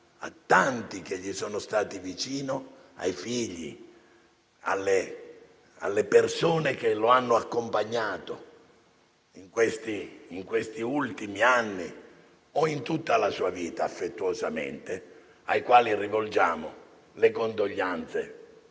ai tanti che gli sono stati vicino, ai figli, alle persone che lo hanno accompagnato in questi ultimi anni o in tutta la sua vita affettuosamente. Ad essi rivolgiamo le condoglianze